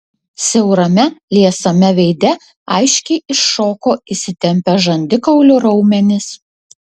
siaurame liesame veide aiškiai iššoko įsitempę žandikaulių raumenys